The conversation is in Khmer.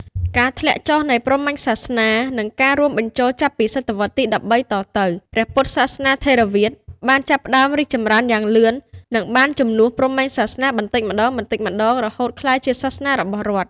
ការធ្លាក់ចុះនៃព្រហ្មញសាសនា និងការរួមបញ្ចូលចាប់ពីសតវត្សរ៍ទី ១៣ តទៅ ព្រះពុទ្ធសាសនាថេរវាទ បានចាប់ផ្ដើមរីកចម្រើនយ៉ាងលឿន និងបានជំនួសព្រហ្មញ្ញសាសនាបន្តិចម្ដងៗ រហូតក្លាយជាសាសនារបស់រដ្ឋ។